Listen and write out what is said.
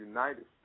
United